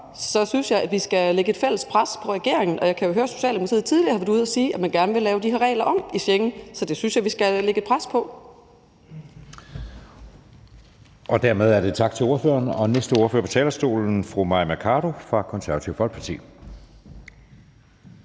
synes jeg, at vi skal lægge et fælles pres på regeringen, og jeg kan jo høre, at Socialdemokratiet tidligere har været ude at sige, at de gerne vil lave de her regler om i Schengen, så det synes jeg da vi skal lægge pres på for. Kl. 15:41 Anden næstformand (Jeppe Søe): Dermed siger vi tak til ordføreren, og den næste ordfører på talerstolen er fru Mai Mercado fra Det Konservative Folkeparti.